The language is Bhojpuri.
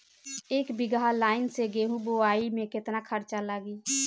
एक बीगहा लाईन से गेहूं बोआई में केतना खर्चा लागी?